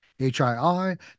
HII